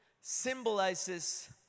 symbolizes